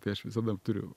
tai aš visada turiu